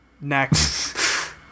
Next